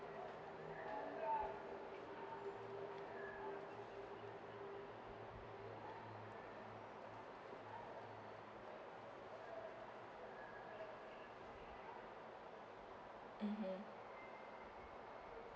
mmhmm